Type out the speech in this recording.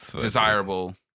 desirable